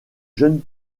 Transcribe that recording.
jeunes